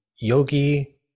yogi